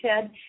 Ted